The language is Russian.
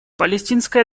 палестинская